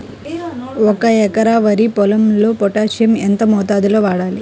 ఒక ఎకరా వరి పొలంలో పోటాషియం ఎంత మోతాదులో వాడాలి?